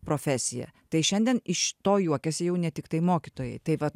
profesija tai šiandien iš to juokiasi jau ne tiktai mokytojai tai vat